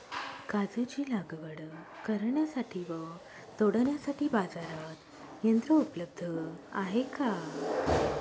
काजूची लागवड करण्यासाठी व तोडण्यासाठी बाजारात यंत्र उपलब्ध आहे का?